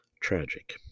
Tragic